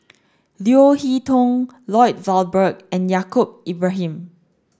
Leo Hee Tong Lloyd Valberg and Yaacob Ibrahim